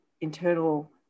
internal